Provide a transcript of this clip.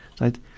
right